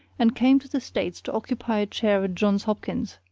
and came to the states to occupy a chair at johns hopkins